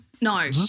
No